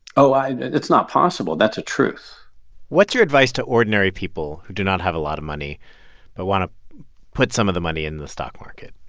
oh, and and it's not possible. that's a truth what's your advice to ordinary people who do not have a lot of money but want to put some of the money in the stock market?